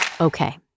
Okay